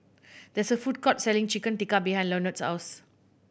there is a food court selling Chicken Tikka behind Leonard's house